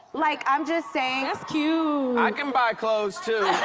like, i'm just saying. that's cute! you know i can buy clothes, too.